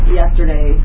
yesterday